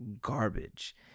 garbage